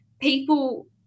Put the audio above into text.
people